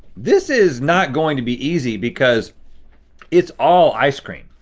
this is not going to be easy because it's all ice cream.